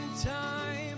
time